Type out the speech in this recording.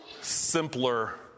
simpler